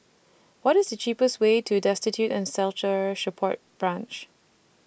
What IS The cheapest Way to Destitute and Shelter Support Branch